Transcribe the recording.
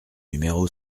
numéro